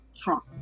Trump